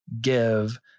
give